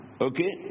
okay